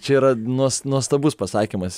čia yra nuos nuostabus pasakymas